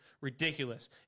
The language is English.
Ridiculous